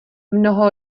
mnoho